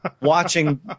watching